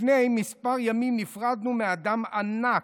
לפני כמה ימים נפרדנו מאדם ענק,